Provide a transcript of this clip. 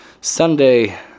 Sunday